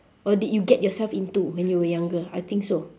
or did you get yourself into when you were younger I think so